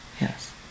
yes